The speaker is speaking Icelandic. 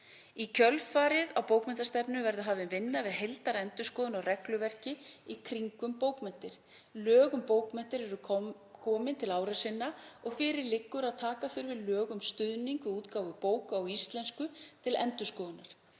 Í kjölfarið á bókmenntastefnu verður hafin vinna við heildarendurskoðun á regluverki í kringum bókmenntir. Lög um bókmenntir eru komin til ára sinna og fyrir liggur að taka þurfi lög um stuðning við útgáfu bóka á íslensku til endurskoðunar.